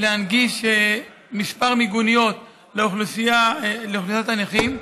להנגיש כמה מיגוניות לאוכלוסיית הנכים.